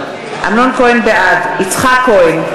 בעד יצחק כהן,